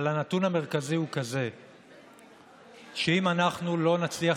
אבל הנתון המרכזי הוא שאם אנחנו לא נצליח